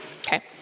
Okay